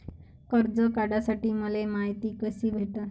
कर्ज काढासाठी मले मायती कशी भेटन?